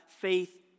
faith